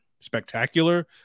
spectacular